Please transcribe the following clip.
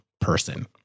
person